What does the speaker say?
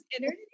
energy